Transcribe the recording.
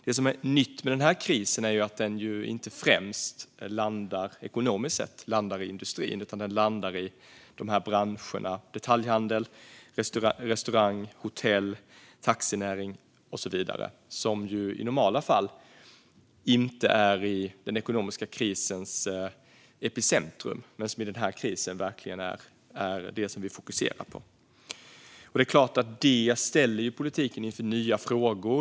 Det som är nytt med den här krisen är att den, ekonomiskt sett, inte främst landar i industrin utan i branscher som detaljhandel, restaurang, hotell, taxinäring och så vidare som i normala fall inte är i den ekonomiska krisens epicentrum men som i den här krisen verkligen är det vi fokuserar på. Det är klart att det ställer politiken inför nya frågor.